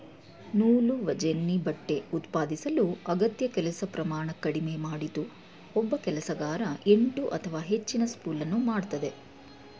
ನೂಲುವಜೆನ್ನಿ ಬಟ್ಟೆ ಉತ್ಪಾದಿಸಲು ಅಗತ್ಯ ಕೆಲಸ ಪ್ರಮಾಣ ಕಡಿಮೆ ಮಾಡಿತು ಒಬ್ಬ ಕೆಲಸಗಾರ ಎಂಟು ಅಥವಾ ಹೆಚ್ಚಿನ ಸ್ಪೂಲನ್ನು ಮಾಡ್ತದೆ